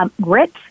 Grit